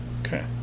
Okay